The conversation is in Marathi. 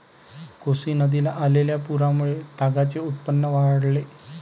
कोसी नदीला आलेल्या पुरामुळे तागाचे उत्पादन वाढले